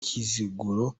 kiziguro